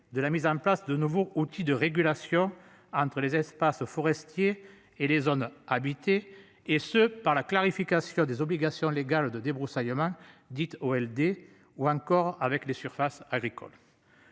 de la mise en place de nouveaux outils de régulation entre les espaces forestiers et les zones habitées et ce par la clarification des obligations légales de débroussaillement dites Walder ou encore avec les surfaces agricoles.